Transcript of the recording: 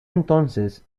entonces